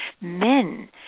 men